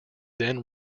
then